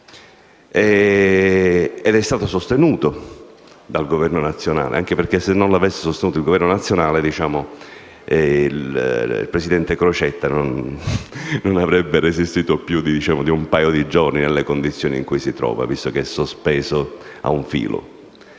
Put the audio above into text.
ed è stato sostenuto dallo stesso, anche perché, se non lo avesse sostenuto, il presidente Crocetta non avrebbe resistito più di un paio di giorni nelle condizioni in cui si trova, visto che è sospeso a un filo.